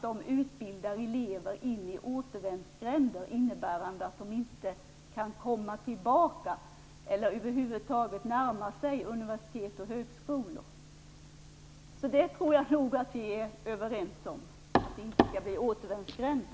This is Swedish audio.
De utbildar elever in i återvändsgränder, innebärande att de inte kan komma tillbaka eller över huvud taget närma sig universitet och högskolor. Där tror jag nog att vi är överens om att det inte skall bli återvändsgränder.